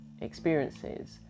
experiences